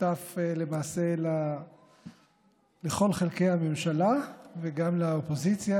שותף למעשה לכל חלקי הממשלה וגם לאופוזיציה,